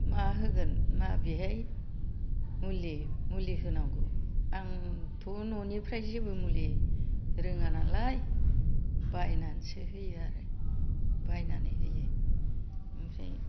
मा होगोन माबेहाय मुलि मुलि होनांगौ आंथ' न'निफ्राय जेबो मुलि रोङा नालाय बायनानैसो होयो आरो बायनानै होयो ओमफ्राय